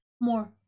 more